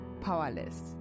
powerless